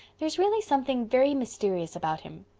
there's really something very mysterious about him.